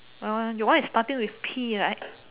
my one your one is starting with P right